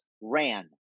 ran